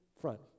front